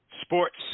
Sports